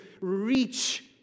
reach